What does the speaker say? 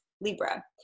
Libra